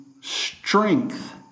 strength